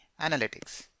analytics